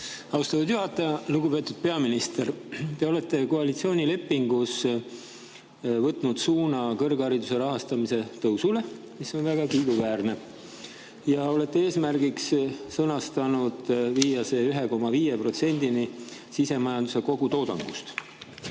Austatud juhataja! Lugupeetud peaminister! Te olete koalitsioonilepingus võtnud suuna kõrghariduse rahastamise tõusule, mis on väga kiiduväärne, ja olete eesmärgiks sõnastanud viia see 1,5%-ni sisemajanduse kogutoodangust.